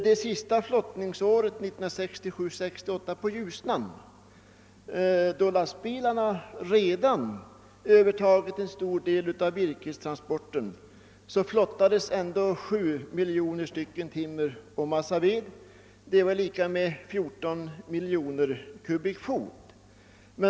Den se naste flottningen, 1967—1968, på Ljusnan, då lastbilarna redan övertagit en stor del av virkestransporten, flottades dock 7 miljoner styck timmer och massaved, vilket motsvarar ungefär 14 miljoner kubikfot.